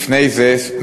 לפני זה,